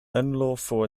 unlawful